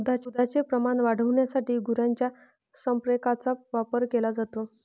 दुधाचे प्रमाण वाढविण्यासाठी गुरांच्या संप्रेरकांचा वापर केला जातो